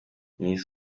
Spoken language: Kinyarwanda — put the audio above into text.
miss